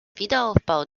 wiederaufbau